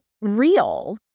real